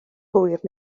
hwyr